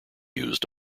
used